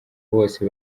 bose